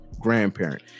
grandparent